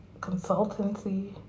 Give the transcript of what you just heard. consultancy